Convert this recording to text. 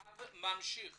האב ממשיך